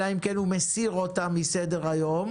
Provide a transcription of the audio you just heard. אלא אם כן הוא יסיר אותן מסדר היום,